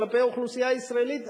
כלפי האוכלוסייה הישראלית,